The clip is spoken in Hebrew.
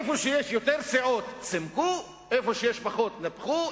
איפה שיש יותר סיעות צימקו, איפה שיש פחות ניפחו.